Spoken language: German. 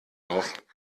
auf